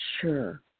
sure